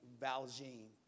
Valjean